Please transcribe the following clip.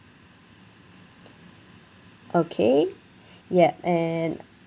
okay yup and